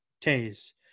Tays